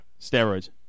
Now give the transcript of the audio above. Steroids